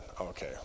Okay